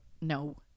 No